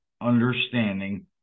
understanding